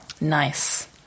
nice